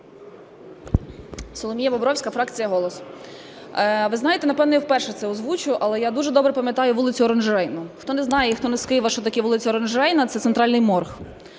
Соломія Бобровська, фракція "Голос". Ви знаєте, напевно, я вперше це озвучу, але я дуже добре пам'ятаю вулицю Оранжерейну. Хто не знає і хто не з Києва, що таке вулиця Оранжерейна, - це центральний морг.